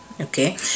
Okay